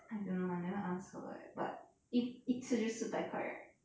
I don't know I never ask her eh but 一一次就四百块 right